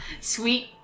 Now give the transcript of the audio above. Sweet